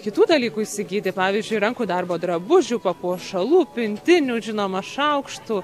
kitų dalykų įsigyti pavyzdžiui rankų darbo drabužių papuošalų pintinių žinoma šaukštų